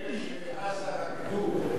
של אלה שבעזה רקדו.